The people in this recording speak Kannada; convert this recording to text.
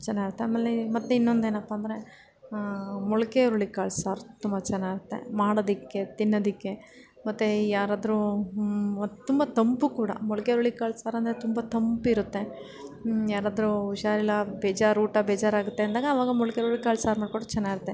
ಚೆನ್ನಾಗಿರುತ್ತೆ ಆಮೇಲೆ ಮತ್ತೆ ಇನ್ನೊಂದಪ್ಪ ಅಂದರೆ ಮೊಳಕೆ ಹುರುಳಿಕಾಳು ಸಾರು ತುಂಬ ಚೆನ್ನಾಗಿರುತ್ತೆ ಮಾಡೋದಕ್ಕೆ ತಿನ್ನೋದಕ್ಕೆ ಮತ್ತು ಯಾರಾದ್ರೂ ತುಂಬ ತಂಪು ಕೂಡ ಮೊಳಕೆ ಹುರುಳಿಕಾಳು ಸಾರು ಅಂದರೆ ತುಂಬ ತಂಪಿರುತ್ತೆ ಯಾರಾದ್ರೂ ಹುಷಾರಿಲ್ಲ ಬೇಜಾರು ಊಟ ಬೇಜಾರಾಗುತ್ತೆ ಅಂದಾಗ ಆವಾಗ ಮೊಳಕೆ ಹುರುಳಿಕಾಳು ಸಾರು ಮಾಡಿಕೊಂಡ್ರೆ ಚೆನ್ನಾಗಿರುತ್ತೆ